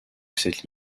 cette